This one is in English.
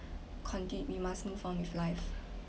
contin~ we must move on with life